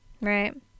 right